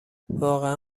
واقعا